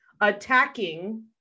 attacking